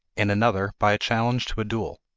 in another by a challenge to a duel,